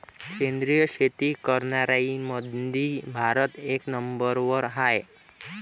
सेंद्रिय शेती करनाऱ्याईमंधी भारत एक नंबरवर हाय